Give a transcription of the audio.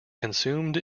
consumed